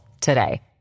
today